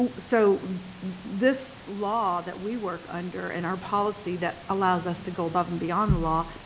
so this law that we work under, and our policy that allows us to go above and beyond the law,